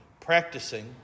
practicing